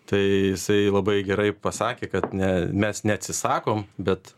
tai jisai labai gerai pasakė kad ne mes neatsisakom bet